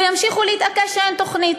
וימשיכו להתעקש שאין תוכנית,